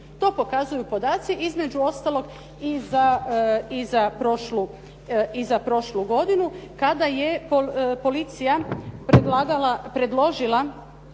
To pokazuju podaci između ostalog i za prošlu godinu kada je policija predložila